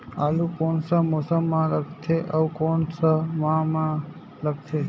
आलू कोन सा मौसम मां लगथे अउ कोन सा माह मां लगथे?